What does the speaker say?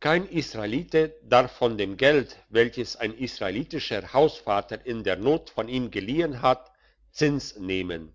kein israelite darf von dem geld welches ein israelitischer hausvater in der not von ihm geliehen hat zins nehmen